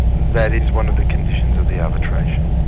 that is one of the conditions of the arbitration.